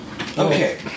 Okay